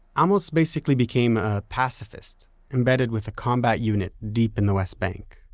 amos basically became a pacifist embedded with a combat unit deep in the west bank.